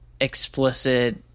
explicit